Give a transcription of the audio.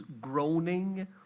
groaning